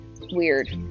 weird